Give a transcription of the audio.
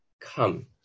come